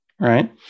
Right